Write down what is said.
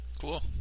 Cool